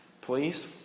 please